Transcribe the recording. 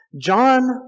John